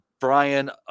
Brian